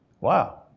Wow